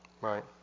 Right